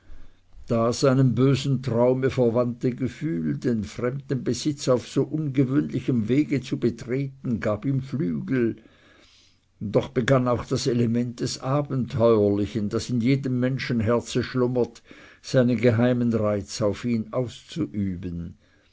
das einem bösen traume verwandte gefühl den fremden besitz auf so ungewöhnlichem wege zu betreten gab ihm flügel doch begann auch das element des abenteuerlichen das in jedem menschenherzen schlummert seinen geheimen reiz auf ihn auszuüben